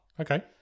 okay